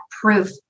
proof